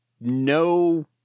no